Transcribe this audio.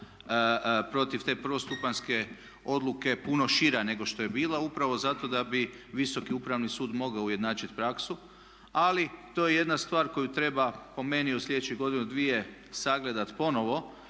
protiv te prvostupanjske odluke puno šira nego što je bila upravo zato da bi Visoki upravni sud mogao ujednačit praksu ali to je jedna stvar koju treba po meni u slijedećih godinu dvije sagledat ponovno